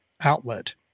outlet